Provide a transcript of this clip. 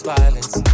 violence